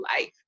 life